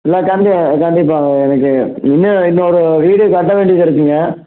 இல்லை கண்டி கண்டிப்பாகங்க எனக்கு இன்னு இன்னோரு வீடு கட்ட வேண்டியது இருக்குங்க